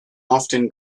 often